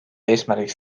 eesmärgiks